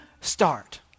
start